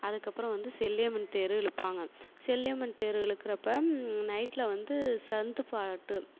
அதுக்கப்புறம் வந்து செல்லியம்மன் தேர் இழுப்பாங்க செல்லியம்மன் தேர் இழுக்குறப்ப நைட்டில் வந்து சந்து பாட்டு